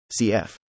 CF